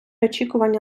очікування